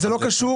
זה לא קשור.